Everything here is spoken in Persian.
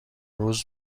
روز